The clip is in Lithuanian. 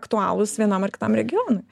aktualūs vienam ar kitam regionui